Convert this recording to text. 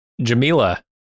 Jamila